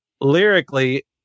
lyrically